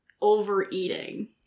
overeating